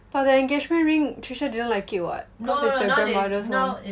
but their engagement ring tricia didn't like it [what] cause it's the grandmother's [one]